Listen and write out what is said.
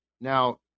now